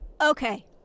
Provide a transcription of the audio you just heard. Okay